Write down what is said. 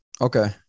Okay